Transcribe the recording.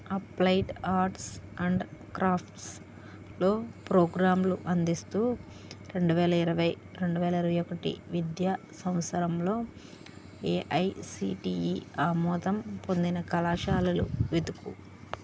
applied arts and క్రాఫ్ట్స్లో ప్రోగ్రాంలు అందిస్తు రెండువేల ఇరవై రెండువేల ఇరవై ఒకటి విద్యా సంవత్సరంలో ఏఐసిటీఈ ఆమోదం పొందిన కళాశాలలు వెతుకు